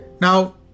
Now